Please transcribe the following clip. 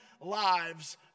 lives